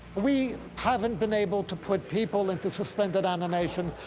we haven't been able to put people into suspended animation,